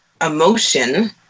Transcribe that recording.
emotion